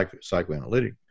psychoanalytic